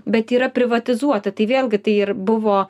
bet yra privatizuoti tai vėlgi tai ir buvo